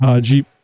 Jeep